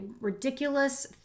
ridiculous